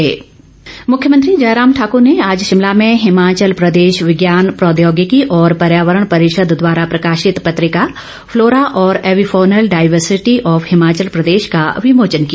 विमोचन मुख्यमंत्री जयराम ठाकूर ने आज शिमला में हिमाचल प्रदेश विज्ञान प्रौद्योगिकी और पर्यावरण परिषद द्वारा प्रकाशित पत्रिका फलोरा और avifaunal diversity of Himachal Pradesh का विमोचन किया